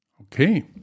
Okay